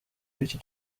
w’iki